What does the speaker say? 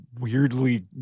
weirdly